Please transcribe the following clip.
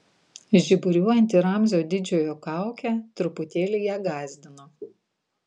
žiburiuojanti ramzio didžiojo kaukė truputėlį ją gąsdino